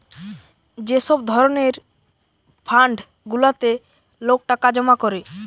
যে সব ধরণের ফান্ড গুলাতে লোক টাকা জমা করে